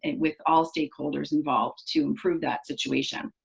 and with all stakeholders involved to improve that situation.